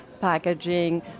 packaging